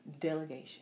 delegation